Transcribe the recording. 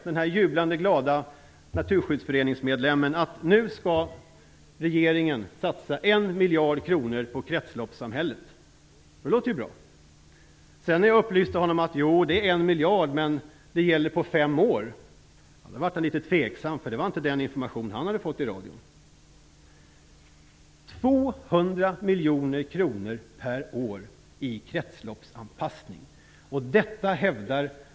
Den här jublande glada medlemmen i Naturskyddsföreningen hade fått för sig att regeringen nu skulle satsa 1 miljard kronor på kretsloppssamhället. Det låter ju bra. Jag upplyste honom om att det visserligen handlade om 1 miljard men att det beloppet skulle gälla för fem år. Då var han litet tveksam. Det var inte den information som han hade fått via radion. Det är alltså 200 miljoner kronor per år för en kretsloppsanpassning.